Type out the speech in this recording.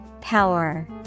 Power